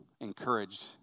encouraged